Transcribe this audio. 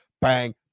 Bang